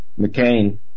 McCain